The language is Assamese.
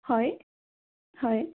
হয় হয়